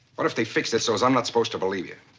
what if they fixed it so as i'm not supposed to believe you?